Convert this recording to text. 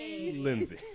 Lindsay